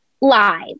Live